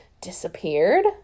disappeared